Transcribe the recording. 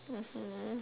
mmhmm